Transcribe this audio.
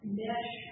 mesh